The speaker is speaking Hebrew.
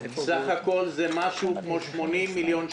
סך הכול זה משהו כמו 80 מיליון שקלים.